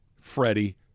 Freddie